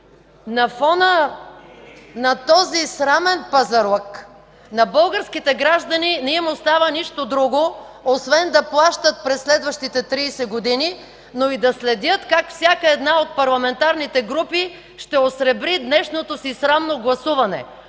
На фона на този срамен пазарлък на българските граждани не им остава нищо друго освен да плащат през следващите 30 години, но и да следят как всяка една от парламентарните групи ще осребри днешното си срамно гласуване.